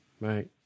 right